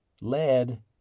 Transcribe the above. lead